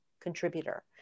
contributor